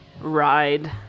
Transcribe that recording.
ride